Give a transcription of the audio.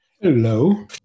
Hello